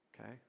Okay